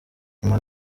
nyuma